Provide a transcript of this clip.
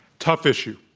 tough issue,